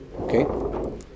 okay